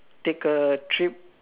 take a trip